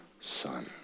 son